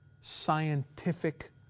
scientific